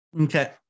okay